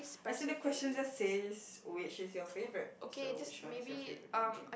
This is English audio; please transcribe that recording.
actually question just says which is your favourite so which one is your favourite nickname